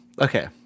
okay